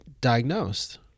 diagnosed